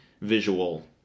visual